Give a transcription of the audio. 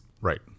Right